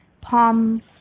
palms